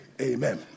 amen